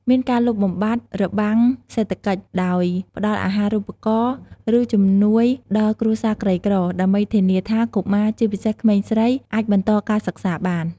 មានការលុបបំបាត់របាំងសេដ្ឋកិច្ច ដោយផ្តល់អាហារូបករណ៍ឬជំនួយដល់គ្រួសារក្រីក្រ ដើម្បីធានាថាកុមារ ជាពិសេសក្មេងស្រី អាចបន្តការសិក្សាបាន។